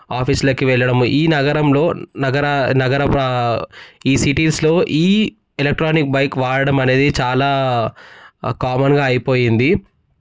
ఆఫీసులకి వెళ్ళడము ఈ నగరంలో నగర నగర ఈ సిటీస్లో ఈ ఎలక్ట్రానిక్ బైక్ వాడడం అనేది చాలా కామన్గా అయిపోయింది